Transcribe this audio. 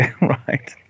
right